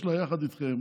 יש לה יחד איתכם